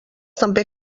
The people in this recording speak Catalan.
també